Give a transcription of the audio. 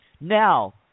now